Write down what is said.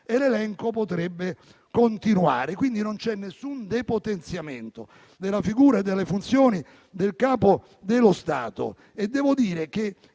e l'elenco potrebbe continuare, quindi non c'è nessun depotenziamento della figura e delle funzioni del Capo dello Stato. Devo dire che